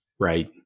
right